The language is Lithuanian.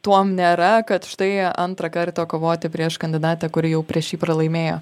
tuom nėra kad štai antrą kartą kovoti prieš kandidatę kuri jau prieš jį pralaimėjo